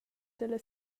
dalla